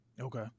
Okay